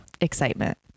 Excitement